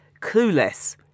clueless